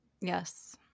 yes